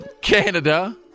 Canada